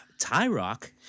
tyrock